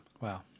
Wow